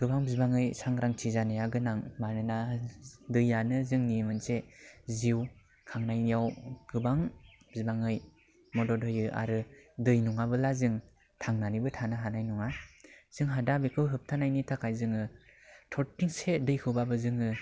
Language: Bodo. गोबां बिबांयै साग्रांथि जानाया गोनां मानोना दैयानो जोंनि मोनसे जिउ खांनायाव गोबां बिबाङै मदद होयो आरो दै नङाब्ला जों थांनानैबो थानो हानाय नङा जोंहा दा बेखौ होबथानायनि थाखाय जोङो थरथिंसे दैखौबाबो जोङो